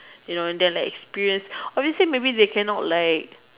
you know and then the experience obviously maybe they cannot like